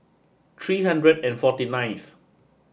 three hundred and forty ninth